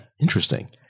Interesting